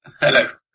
Hello